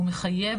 הוא מחייב,